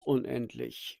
unendlich